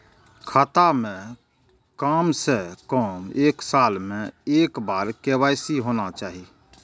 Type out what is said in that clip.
खाता में काम से कम एक साल में एक बार के.वाई.सी होना चाहि?